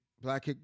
black